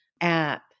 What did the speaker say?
app